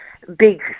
Big